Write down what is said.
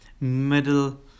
middle